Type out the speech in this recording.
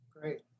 Great